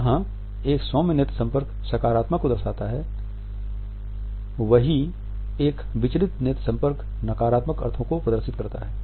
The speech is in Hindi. जहाँ एक सौम्य नेत्र संपर्क सकारात्मकता को दर्शाता है वही एक विचलित नेत्र संपर्क नकारात्मक अर्थों को प्रदर्शित करता है